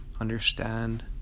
understand